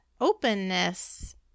Openness